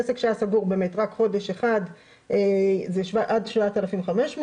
עסק שהיה סגור רק חודש אחד - עד 7,500,